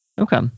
Okay